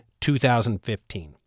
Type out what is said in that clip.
2015